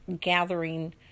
gathering